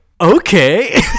okay